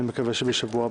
אני מקווה שבשוע הבא.